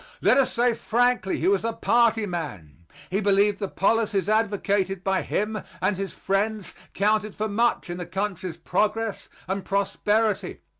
let us say frankly he was a party man he believed the policies advocated by him and his friends counted for much in the country's progress and prosperity.